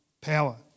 power